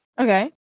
okay